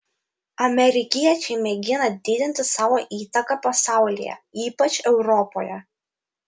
amerikiečiai mėgina didinti savo įtaką pasaulyje ypač europoje